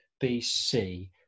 BC